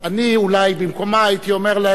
אני אולי במקומה הייתי אומר להם: